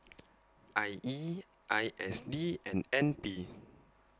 I E I S D and N P